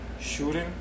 shooting